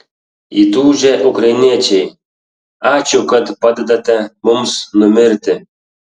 įtūžę ukrainiečiai ačiū kad padedate mums numirti